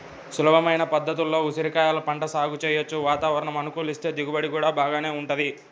సులభమైన పద్ధతుల్లో ఉసిరికాయల పంట సాగు చెయ్యొచ్చు, వాతావరణం అనుకూలిస్తే దిగుబడి గూడా బాగానే వుంటది